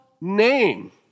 name